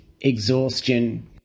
exhaustion